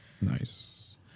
Nice